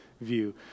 view